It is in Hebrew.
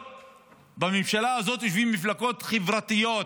בממשלה הזאת יושבות מפגלות חברתיות,